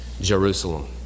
Jerusalem